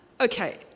Okay